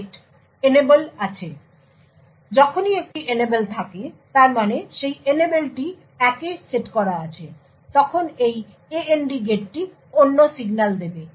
সুতরাং যখনই একটি Enable থাকে তার মানে সেই Enableটি 1 এ সেট করা আছে তখন এই AND গেটটি অন্য সিগন্যাল দিয়ে যাবে